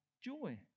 joy